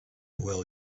well